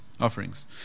offerings